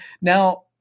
now